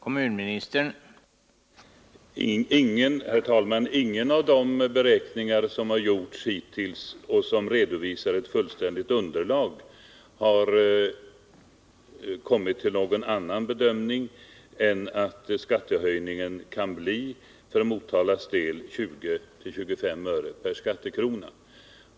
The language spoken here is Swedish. Herr talman! I ingen av de beräkningar som hittills har gjorts och där ett fullständigt underlag redovisats har man kommit till någon annan bedömning än att skattehöjningen för Motalas del kan bli 20 till 25 öre per skattekrona.